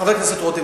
חבר הכנסת רותם,